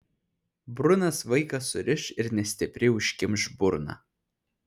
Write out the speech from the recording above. brunas vaiką suriš ir nestipriai užkimš burną